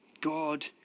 God